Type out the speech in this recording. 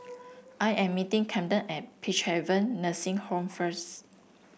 I am meeting Camden at Peacehaven Nursing Home first